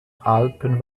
alpen